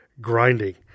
grinding